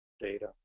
data